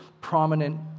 prominent